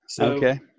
Okay